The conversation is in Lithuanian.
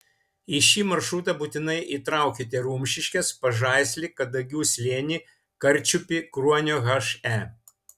į šį maršrutą būtinai įtraukite rumšiškes pažaislį kadagių slėnį karčiupį kruonio he